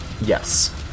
Yes